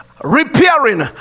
repairing